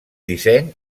disseny